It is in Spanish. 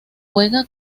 juega